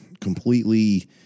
completely